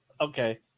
Okay